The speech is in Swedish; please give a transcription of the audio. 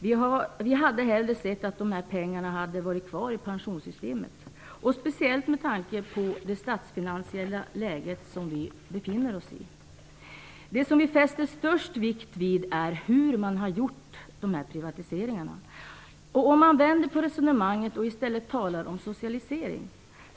Men vi hade hellre sett att dessa pengar varit kvar i pensionssystemet, speciellt med tanke på det statsfinansiella läge vi befinner oss i. Det vi fäster störst vikt vid är hur man har gjort dessa privatiseringar. Man kan vända på resonemanget och i stället tala om socialisering.